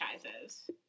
franchises